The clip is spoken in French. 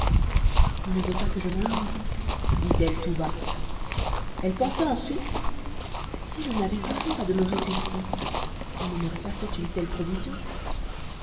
on ne veut pas que je m'ennuie dit-elle tout bas elle pensa ensuite si je n'avais qu'un jour à demeurer ici on ne m'aurait pas fait une telle provision